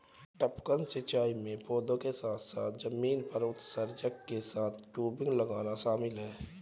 टपकन सिंचाई में पौधों के साथ साथ जमीन पर उत्सर्जक के साथ टयूबिंग लगाना शामिल है